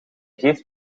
geeft